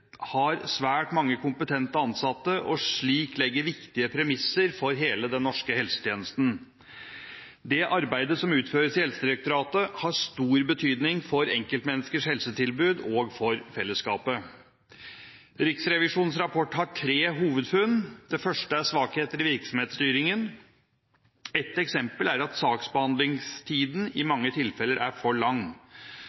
har svært mange kompetente ansatte og slik legger viktige premisser for hele den norske helsetjenesten. Det arbeidet som utføres i Helsedirektoratet, har stor betydning for enkeltmenneskers helsetilbud og for fellesskapet. Riksrevisjonens rapport har tre hovedfunn. Det første er svakheter i virksomhetsstyringen. Ett eksempel er at saksbehandlingstiden i